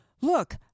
look